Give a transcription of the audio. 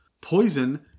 Poison